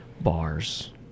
bars